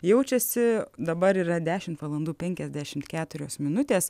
jaučiasi dabar yra dešimt valandų penkiasdešimt keturios minutės